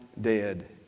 dead